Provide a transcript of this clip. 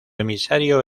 emisario